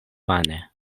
vane